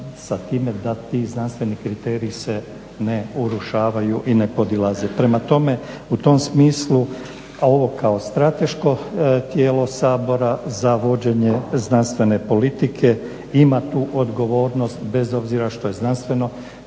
sa time da ti znanstveni kriteriji se ne urušavaju i ne podilaze. Prema tome, u tom smislu ovo kao strateško tijelo Sabora za vođenje znanstvene politike ima tu odgovornost bez obzira što je znanstveno,